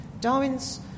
Darwin's